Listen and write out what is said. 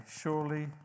surely